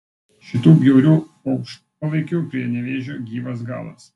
šitų bjaurių paukštpalaikių prie nevėžio gyvas galas